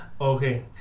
Okay